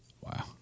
Wow